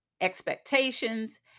expectations